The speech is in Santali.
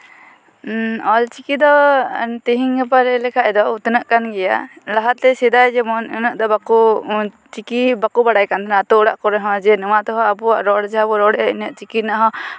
ᱚᱞᱪᱤᱠᱤ ᱫᱚ ᱛᱤᱦᱤᱧ ᱜᱟᱯᱟ ᱞᱟᱹᱭ ᱞᱮᱠᱷᱟᱱ ᱫᱚ ᱩᱛᱱᱟᱹᱜ ᱠᱟᱱ ᱜᱮᱭᱟ ᱞᱟᱦᱟᱛᱮ ᱥᱮᱫᱟᱭ ᱡᱮᱢᱚᱱ ᱩᱱᱟᱹᱜ ᱫᱚ ᱵᱟᱠᱚ ᱪᱤᱠᱤ ᱵᱟᱠᱚ ᱵᱟᱲᱟᱭ ᱠᱟᱱ ᱛᱟᱦᱮᱱᱟ ᱟᱹᱛᱩ ᱚᱲᱟᱜ ᱠᱚᱨᱮᱦᱚᱸ ᱡᱮ ᱱᱚᱣᱟ ᱛᱮᱦᱚᱸ ᱟᱵᱚᱣᱟᱜ ᱨᱚᱲ ᱡᱟ ᱵᱚᱱ ᱨᱚᱲᱮᱫᱼᱟ ᱤᱱᱟᱹᱜ ᱪᱤᱠᱤ ᱨᱮᱱᱟᱜ ᱦᱚᱸ